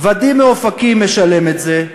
ואדים מאופקים משלם את זה,